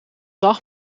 dag